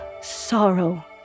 sorrow